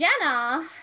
Jenna